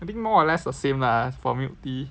I think more or less the same lah for milk tea